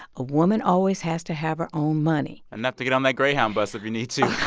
a woman always has to have her own money enough to get on that greyhound bus if you need to.